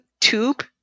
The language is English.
tube